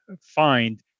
find